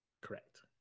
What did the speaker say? Correct